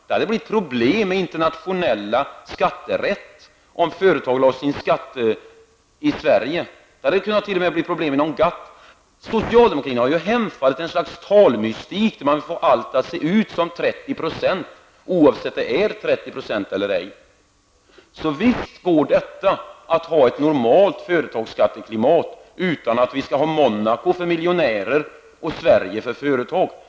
Det hade blivit problem med internationell skatterätt om företagen såg till att beskattas i Sverige. Det hade t.o.m. kunnat bli problem inom GATT. Socialdemokratin har hemfallit åt någon slags talmystik, där man får allt att se ut som 30 %, oavsett om det är 30 % eller ej. Visst går det att ha ett normalt företagsskatteklimat, utan att ha Monaco för miljonärer och Sverige för företag.